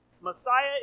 Messiah